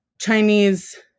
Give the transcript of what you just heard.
Chinese